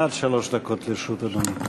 עד שלוש דקות לרשות אדוני.